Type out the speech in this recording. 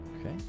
Okay